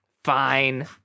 Fine